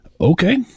Okay